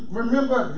remember